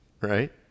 Right